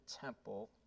temple